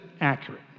accurate